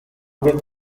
greek